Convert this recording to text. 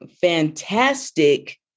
fantastic